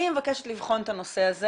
אני מבקשת לבחון את הנושא הזה,